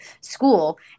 school